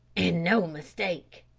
an' no mistake.